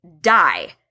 die